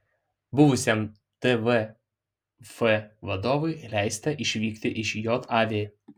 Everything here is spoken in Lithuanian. buvusiam tvf vadovui leista išvykti iš jav